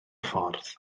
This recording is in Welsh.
ffordd